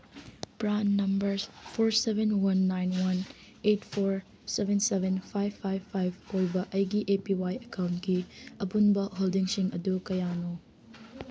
PRAN number four seven one nine one eight four seven seven five five five ꯑꯣꯏꯕ ꯑꯩꯒꯤ A P Y ꯑꯦꯀꯥꯎꯟꯀꯤ ꯑꯄꯨꯟꯕ ꯍꯣꯜꯗꯤꯡꯁꯤꯡ ꯑꯗꯨ ꯀꯌꯥꯅꯣ